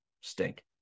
stink